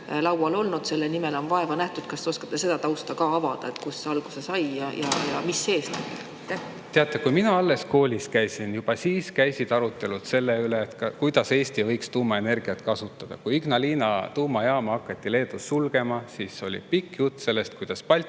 laual olnud, selle nimel on vaeva nähtud. Kas te oskate tausta avada, kust see alguse sai ja mis eesmärgil? Teate, kui mina alles koolis käisin, juba siis käisid arutelud selle üle, kuidas Eesti võiks tuumaenergiat kasutada. Kui Ignalina tuumajaama hakati Leedus sulgema, siis oli pikk jutt sellest, kuidas Balti